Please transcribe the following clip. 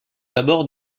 abords